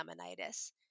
laminitis